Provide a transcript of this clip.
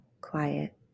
quiet